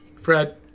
Fred